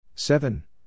Seven